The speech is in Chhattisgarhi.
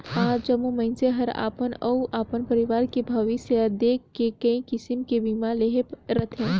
आज जम्मो मइनसे हर अपन अउ अपन परवार के भविस्य ल देख के कइ किसम के बीमा लेहे रथें